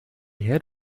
head